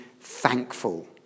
thankful